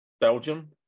Belgium